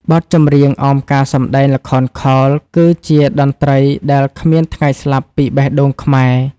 បទចម្រៀងអមការសម្ដែងល្ខោនខោល គឺជាតន្ត្រីដែលគ្មានថ្ងៃស្លាប់ពីបេះដូងខ្មែរ។